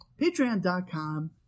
Patreon.com